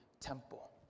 temple